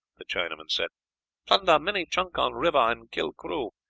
the chinaman said plunder many junk on river and kill crew.